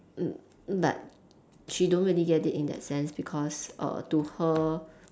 mm but she don't really get it in that sense because err to her